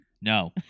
No